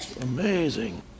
amazing